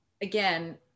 again